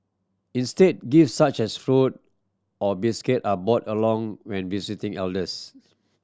instead gifts such as fruit or biscuit are brought along when visiting elders